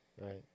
Right